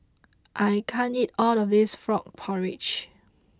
I can't eat all of this Frog Porridge